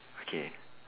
okay